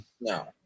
No